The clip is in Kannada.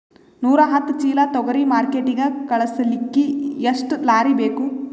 ನೂರಾಹತ್ತ ಚೀಲಾ ತೊಗರಿ ಮಾರ್ಕಿಟಿಗ ಕಳಸಲಿಕ್ಕಿ ಎಷ್ಟ ಲಾರಿ ಬೇಕು?